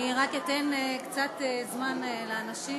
אני רק אתן קצת זמן לאנשים.